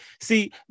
See